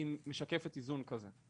משקפת איזון כזה.